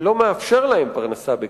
לא מאפשר להם פרנסה בכבוד.